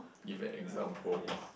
give an example